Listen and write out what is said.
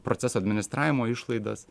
proceso administravimo išlaidas